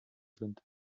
sind